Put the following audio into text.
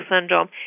syndrome